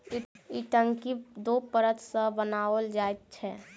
ई टंकी दू परत सॅ बनाओल जाइत छै